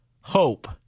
Hope